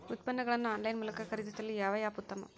ಉತ್ಪನ್ನಗಳನ್ನು ಆನ್ಲೈನ್ ಮೂಲಕ ಖರೇದಿಸಲು ಯಾವ ಆ್ಯಪ್ ಉತ್ತಮ?